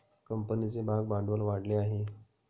कंपनीचे भागभांडवल वाढले आहे